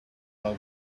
how